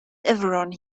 everyone